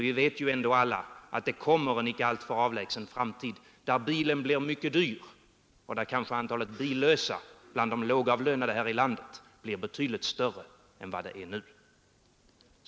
Vi vet ju ändå alla att det kommer en icke alltför avlägsen framtid där bilen blir mycket dyr och där kanske antalet billösa bland de lågavlönade här i landet blir betydligt större än vad det är nu.